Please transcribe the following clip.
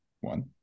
One